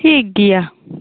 ᱴᱷᱤᱠ ᱜᱮᱭᱟ